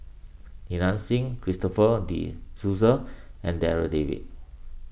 Li Nanxing Christopher De Souza and Darryl David